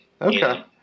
Okay